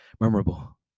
memorable